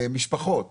משפחות